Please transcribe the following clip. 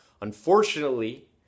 Unfortunately